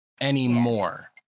Anymore